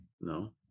No